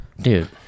Dude